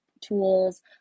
tools